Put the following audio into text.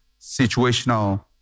situational